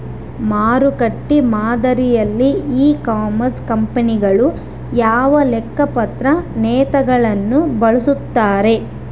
ಮಾರುಕಟ್ಟೆ ಮಾದರಿಯಲ್ಲಿ e commerce ಕಂಪನಿಗಳು ಯಾವ ಲೆಕ್ಕಪತ್ರ ನೇತಿಗಳನ್ನು ಬಳಸುತ್ತಾರೆ?